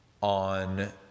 on